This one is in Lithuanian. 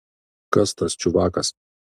kas tas čiuvakas